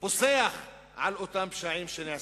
פוסח על אותם פשעים שנעשים.